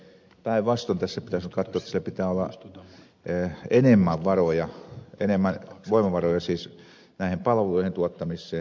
päinvastoin tässä pitäisi katsoa että pitää olla enemmän voimavaroja näiden palveluiden tuottamiseen